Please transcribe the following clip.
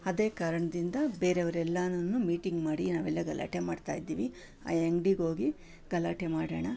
ಅದೇ ಕಾರಣದಿಂದ ಬೇರೆಯವ್ರೆಲ್ಲನೂ ಮೀಟಿಂಗ್ ಮಾಡಿ ನಾವೆಲ್ಲ ಗಲಾಟೆ ಮಾಡ್ತಾಯಿದ್ದೀವಿ ಆ ಅಂಗ್ಡಿಗೋಗಿ ಗಲಾಟೆ ಮಾಡಣ